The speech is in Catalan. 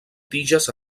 tiges